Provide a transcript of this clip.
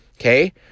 okay